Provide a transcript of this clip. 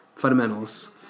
fundamentals